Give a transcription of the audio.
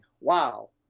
Wow